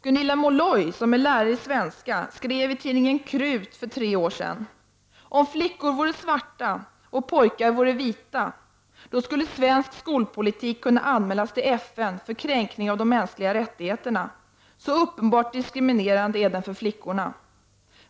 Gunilla Molloy, som är lärare i svenska, skrev i tidningen Krut för tre år sedan: ”Om flickor vore svarta och pojkar vita skulle svensk skolpolitik kunna anmälas till FN för kränkning av de mänskliga rättigheterna, så uppenbart diskriminerande är den för flickorna.